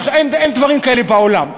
אין דברים כאלה בעולם.